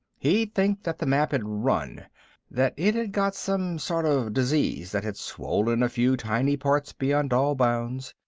he'd think that the map had run that it had got some sort of disease that had swollen a few tiny parts beyond all bounds,